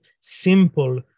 simple